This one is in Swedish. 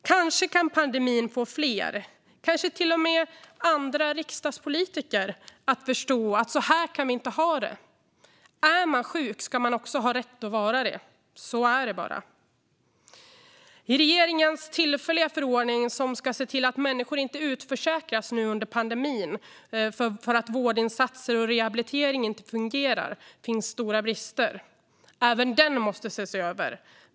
Kanske kan pandemin få fler, kanske till och med andra riksdagspolitiker, att förstå att så här kan vi inte ha det. Är man sjuk ska man också ha rätt att vara det - så är det bara. I regeringens tillfälliga förordning, som ska se till att människor inte utförsäkras under pandemin för att vårdinsatser och rehabilitering inte fungerar, finns stora brister. Även den måste ses över.